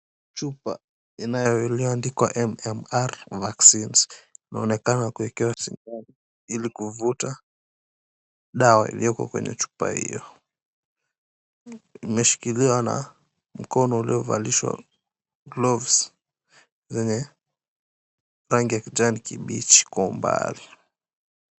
Chupa iliyoandikwa MMR Vaccines inaonekana kuwekewa sindano ili kuvuta dawa iliyoko kwenye chupa hiyo imeshikiliwa na mkono uliovalishwa gloves zenye rangi ya kijani kibichi kwa umbali.